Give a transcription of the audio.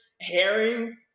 herring